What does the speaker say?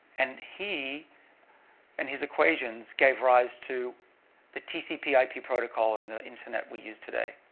and he and his equations gave rise to the tcp ip protocol in the internet we use today.